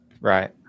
right